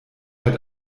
halt